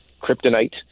kryptonite